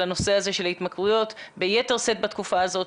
הנושא הזה של ההתמכרויות ביתר שאת בתקופה הזאת.